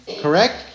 Correct